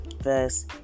verse